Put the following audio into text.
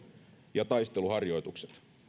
ja taisteluharjoitukset